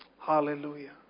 Hallelujah